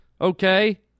okay